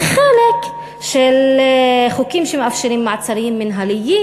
וחלק הם חוקים שמאפשרים מעצרים מינהליים.